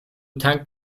tankt